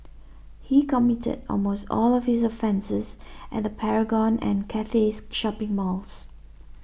he committed almost all of his offences at the Paragon and Cathay shopping malls